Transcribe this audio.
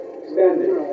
extended